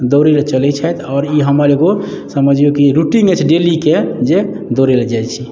दौड़ैले चलै छथि आओर ई हमर एगो समझियौ कि रूटीन अछि डेलीके जे दौड़ैले जाइ छी